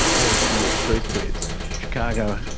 very small street grid chicago,